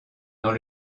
dans